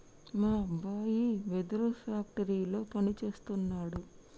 మా అబ్బాయి వెదురు ఫ్యాక్టరీలో పని సేస్తున్నాడు